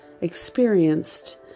experienced